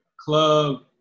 club